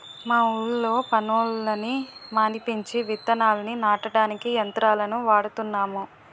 మా ఊళ్ళో పనోళ్ళని మానిపించి విత్తనాల్ని నాటడానికి యంత్రాలను వాడుతున్నాము